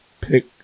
pick